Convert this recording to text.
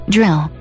Drill